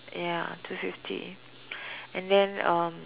ya two fifty and then um